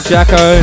Jacko